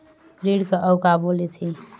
ऋण का अउ का बोल थे?